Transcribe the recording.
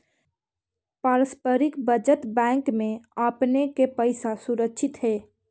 पारस्परिक बचत बैंक में आपने के पैसा सुरक्षित हेअ